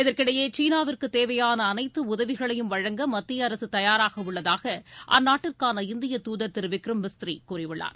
இதற்கிடையே சீனாவிற்கு தேவையான அனைத்து உதவிகளையும் வழங்க மத்திய அரசு தயாராக உள்ளதாக அந்நாட்டிற்கான இந்திய தூதர் திரு விக்ரம் மிஸ்ரி கூறியுள்ளார்